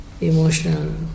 emotional